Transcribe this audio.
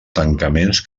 tancaments